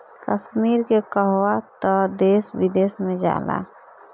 कश्मीर के कहवा तअ देश विदेश में जाला